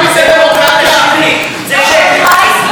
שנייה,